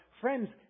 Friends